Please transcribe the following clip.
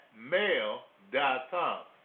mail.com